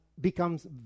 becomes